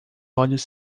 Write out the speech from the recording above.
olhos